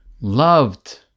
loved